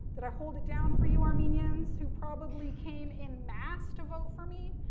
did i hold it down for you armenians, who probably came in mass to vote for me?